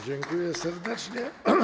Dziękuję serdecznie.